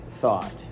thought